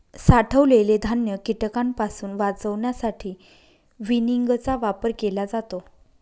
साठवलेले धान्य कीटकांपासून वाचवण्यासाठी विनिंगचा वापर केला जातो